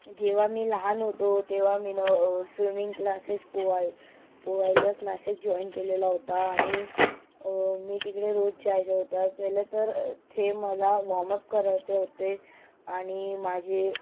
जेव्हा मी लहान होतो तेव्हा मी न स्विमिंग क्लासेस पोहाय पोहायला क्लासेस जॉईन केलेला होता आणि मी तिकडे रोज जायचो तर पहिले तर ते मला वॉर्मअप करायचे होते आणि माझे